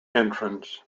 entrance